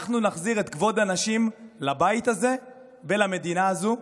אנחנו נחזיר את כבוד הנשים לבית הזה ולמדינה הזו.